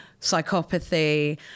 psychopathy